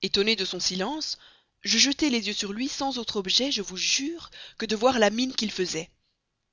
etonnée de son silence je jetai les yeux sur lui sans autre projet je vous jure que de voir la mine qu'il faisait